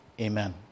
amen